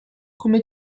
come